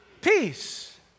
Peace